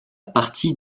partie